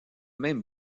même